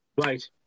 right